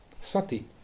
Sati